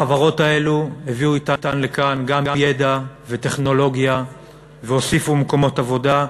החברות האלה הביאו אתן לכאן גם ידע וטכנולוגיה והוסיפו מקומות עבודה,